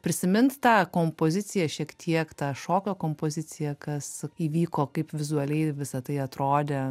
prisimint tą kompoziciją šiek tiek tą šokio kompoziciją kas įvyko kaip vizualiai visa tai atrodė